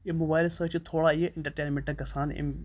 اَمہِ موبایلہٕ سۭتۍ چھِ تھوڑا یہِ اِنٹَرٹینمٮ۪نٛٹہٕ گژھان اَمہِ